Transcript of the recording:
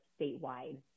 statewide